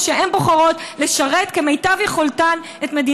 כמו שהן בוחרות,